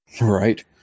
Right